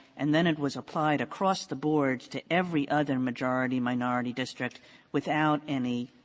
and then it was applied across the board to every other majority-minority district without any